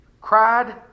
cried